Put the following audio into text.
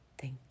thank